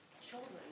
children